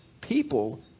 People